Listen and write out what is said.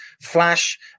flash